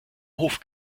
hof